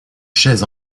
chaises